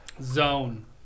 Zone